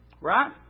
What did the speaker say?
Right